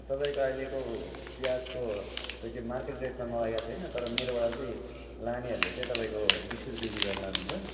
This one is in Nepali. तपाईँको अहिलेको प्याजको खै त्यो मार्केट रेट त मलाई याद छैन तर मेरोबाट लानेहरूले चाहिँ तपाईँको बिस रुपियाँ केजी गरेर लानुहुन्छ